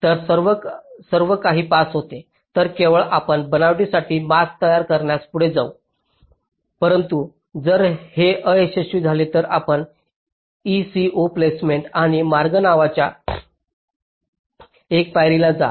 तर सर्व काही पास होते तर केवळ आपण बनावटीसाठी मास्क तयार करण्यास पुढे जाऊ परंतु जर ते अयशस्वी झाले तर आपण ECO प्लेसमेंट आणि मार्ग नावाच्या एका पायरीवर जा